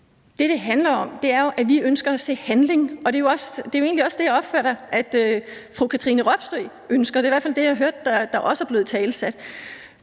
Det, det handler om, er jo, at vi ønsker at se handling. Det er egentlig også det, jeg opfatter fru Katrine Robsøe ønsker. Det er i hvert fald det, jeg hørte også er blevet italesat.